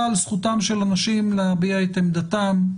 על זכותם של אנשים להביע את עמדתם גם